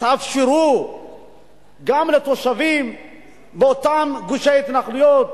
תאפשרו גם לתושבים באותם גושי התנחלויות